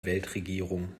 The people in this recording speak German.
weltregierung